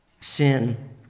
sin